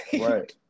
Right